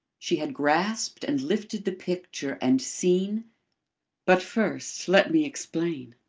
she had grasped and lifted the picture and seen but first, let me explain.